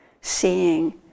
seeing